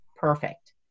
perfect